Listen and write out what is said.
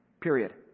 Period